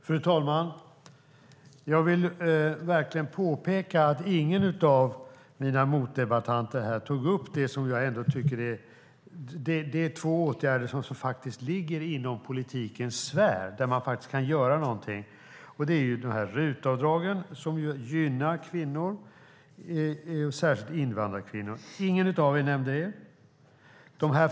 Fru talman! Jag vill verkligen påpeka att ingen av mina motdebattanter här tog upp de två åtgärder som faktiskt ligger inom politikens sfär där man faktiskt kan göra någonting. Det gäller RUT-avdraget som gynnar kvinnor och särskilt invandrarkvinnor. Ingen av er nämnde det.